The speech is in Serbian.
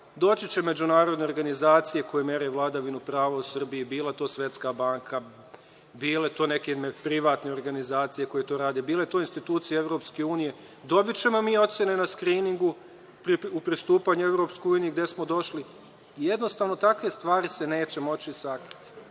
doći će međunarodne organizacije koje mere vladavinu prava u Srbiji, bila to Svetska banka, bile to neke privatne organizacije koje to rade, bile to institucije EU, dobićemo mi ocene na skriningu u pristupanju EU gde smo došli, ali jednostavno takve stvari se neće moći sakriti,